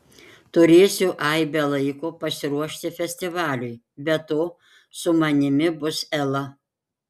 turėsiu aibę laiko pasiruošti festivaliui be to su manimi bus ela